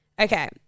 Okay